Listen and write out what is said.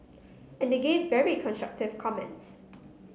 and they gave very constructive comments